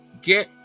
get